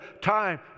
time